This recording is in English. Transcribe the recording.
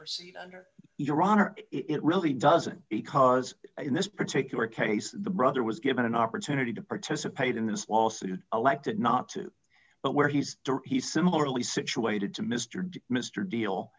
pursue your honor it really doesn't because in this particular case the brother was given an opportunity to participate in this lawsuit elected not to but where he's he's similarly situated to mr mr deal